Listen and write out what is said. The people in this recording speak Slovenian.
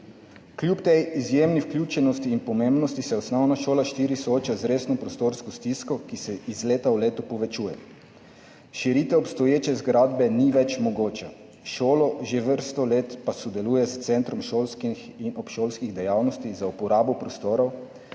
Kljub tej izjemni vključenosti in pomembnosti se Osnovna šola IV sooča z resno prostorsko stisko, ki se iz leta v leto povečuje. Širitev obstoječe zgradbe ni več mogoča, šola pa že vrsto let sodeluje s centrom šolskih in obšolskih dejavnosti glede uporabe prostorov,